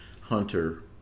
Hunter